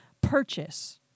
purchase